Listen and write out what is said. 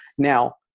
now,